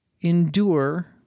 endure